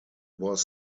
was